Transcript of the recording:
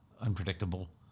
unpredictable